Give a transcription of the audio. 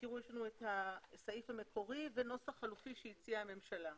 יש לנו את הסעיף המקורי ונוסח חלופי שהציעה הממשלה.